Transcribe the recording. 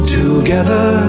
together